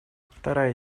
вторая